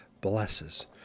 blesses